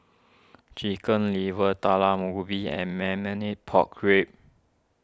Chicken Liver Talam Ubi and Marmite Pork Ribs